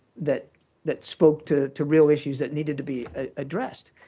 that that spoke to to real issues that needed to be addressed.